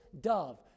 dove